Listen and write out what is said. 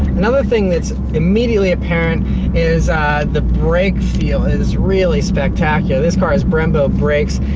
another thing that's immediately apparent is the brake feel is really spectacular. this car has brembo brakes,